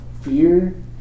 fear